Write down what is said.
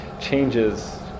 changes